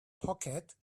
pocket